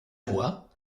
voix